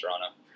Toronto